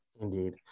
Indeed